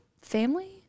family